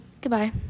Goodbye